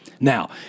Now